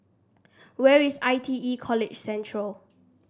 where is I T E College Central